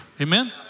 amen